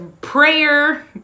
prayer